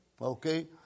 okay